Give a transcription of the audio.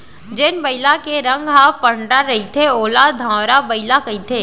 जेन बइला के रंग ह पंडरा रहिथे ओला धंवरा बइला कथें